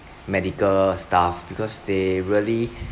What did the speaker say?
medical staff because they really